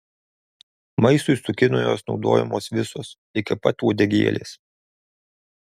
maistui cukinijos naudojamos visos iki pat uodegėlės